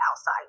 outside